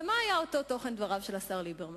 ומה היה אותו תוכן דבריו של השר ליברמן?